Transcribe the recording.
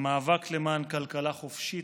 המאבק למען כלכלה חופשית,